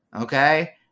Okay